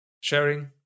sharing